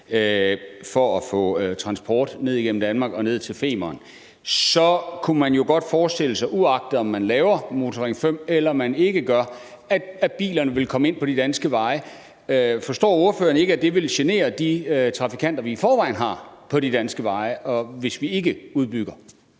for at få transport ned igennem Danmark og ned til Femern, så kunne man jo godt forestille sig – uagtet om man laver en Motorring 5 eller man ikke gør – at bilerne vil komme ind på de danske veje. Forstår ordføreren ikke, at det vil genere de trafikanter, som vi i forvejen har på de danske veje, hvis vi ikke udbygger?